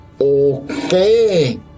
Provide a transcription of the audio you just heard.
Okay